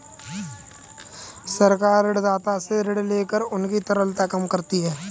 सरकार ऋणदाता से ऋण लेकर उनकी तरलता कम करती है